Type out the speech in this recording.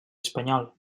espanyol